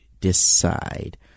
decide